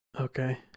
Okay